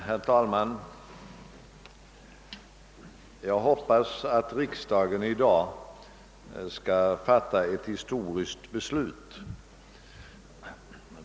Herr talman! Jag hoppas att riksdagen i dag skall fatta ett historiskt beslut.